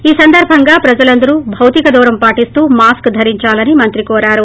ఈ సందర్బంగా ప్రజలందరూ భౌతిక దూరం పాటిస్తూ మాస్క్ ధరించాలని మంత్రి కోరారు